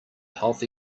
healthy